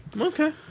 Okay